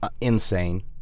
insane